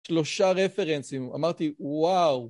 שלושה רפרנסים, אמרתי וואו.